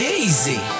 easy